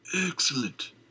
Excellent